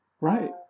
right